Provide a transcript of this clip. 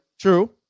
true